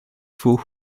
faux